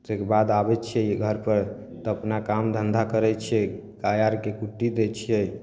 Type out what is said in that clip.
तैके बाद आबय छियै घरपर तब अपना काम धन्धा करय छियै गाय आरके कुट्टी दै छियै